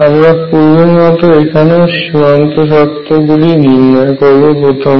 আমরা পূর্বের মত এখানেও সীমান্ত শর্ত গুলি নির্ণয় করব প্রথমে